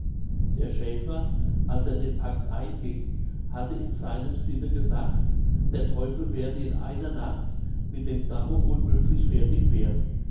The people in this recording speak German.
der schäfer als er den pakt einging hatte in seinem sinne gedacht der teufel werde in einer nacht mit dem damme unmöglich fertig werden